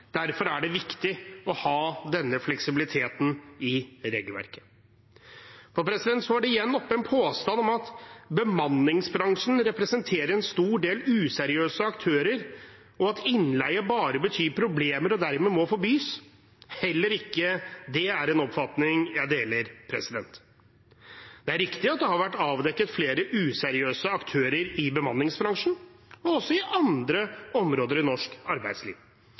Derfor er det viktig å ha denne fleksibiliteten i regelverket. Så er det igjen oppe en påstand om at bemanningsbransjen representerer en stor del useriøse aktører, og at innleie bare betyr problemer og dermed må forbys. Heller ikke det er en oppfatning jeg deler. Det er riktig at det har vært avdekket flere useriøse aktører i bemanningsbransjen og også i andre områder av norsk arbeidsliv.